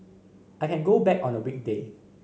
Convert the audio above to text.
I can go back on a weekday